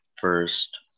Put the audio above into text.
first